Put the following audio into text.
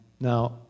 Now